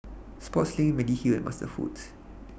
Sportslink Mediheal and MasterFoods